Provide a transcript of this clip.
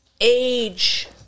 age